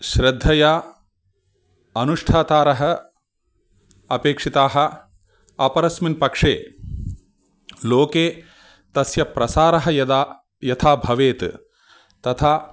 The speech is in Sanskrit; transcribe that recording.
श्रद्धया अनुष्ठातारः अपेक्षिताः अपरस्मिन् पक्षे लोके तस्य प्रसारः यदा यथा भवेत् तथा